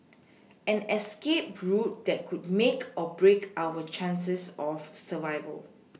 an escape route that could make or break our chances of survival